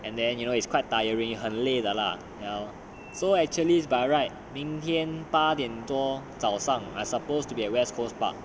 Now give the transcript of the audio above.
and then you know it's quite tiring 很累的 lah ya lor so actually by right 明天八点多早上 I supposed to be at west coast park